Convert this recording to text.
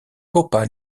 copa